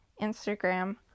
Instagram